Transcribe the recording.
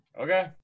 Okay